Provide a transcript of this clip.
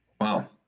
Wow